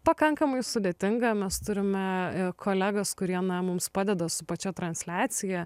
pakankamai sudėtinga mes turime kolegas kurie na mums padeda su pačia transliacija